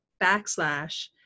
backslash